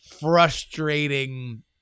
frustrating